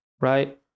right